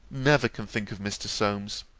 never can think of mr. solmes.